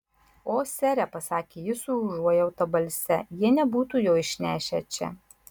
o sere pasakė ji su užuojauta balse jie nebūtų jo išnešę čia